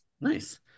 Nice